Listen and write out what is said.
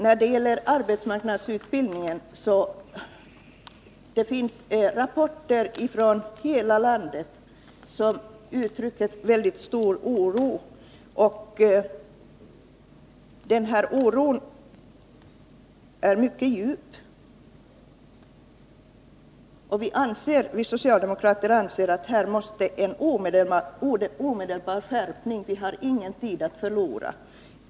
När det gäller arbetsmarknadsutbildningen finns det rapporter från hela landet som uttrycker mycket stor och djup oro. Vi socialdemokrater anser att det här måste ske en omedelbar skärpning. Vi har ingen tid att förlora.